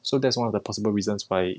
so that's one of the possible reasons why